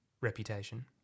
reputation